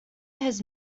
has